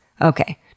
Okay